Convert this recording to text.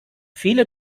viele